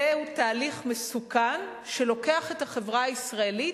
זהו תהליך מסוכן, שלוקח את החברה הישראלית